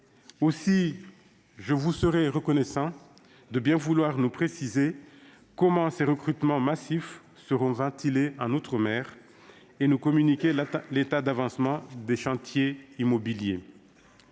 Aussi, je vous serais reconnaissant de bien vouloir nous préciser comment ces recrutements massifs seront ventilés outre-mer et de nous communiquer l'état d'avancement des chantiers immobiliers.